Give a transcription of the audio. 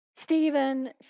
Stephen